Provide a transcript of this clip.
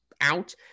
out